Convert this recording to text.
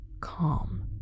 calm